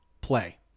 play